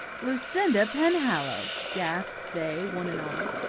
lucinda penhallow! gasped they, one and all.